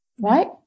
right